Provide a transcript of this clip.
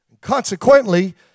Consequently